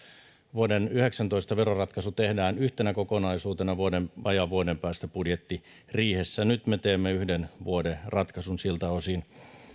vuoden yhdeksäntoista veroratkaisu tehdään yhtenä kokonaisuutena vajaan vuoden päästä budjettiriihessä nyt me teemme yhden vuoden ratkaisun siltä osin